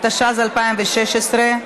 התשע"ז 2016,